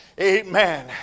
amen